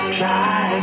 try